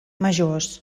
majors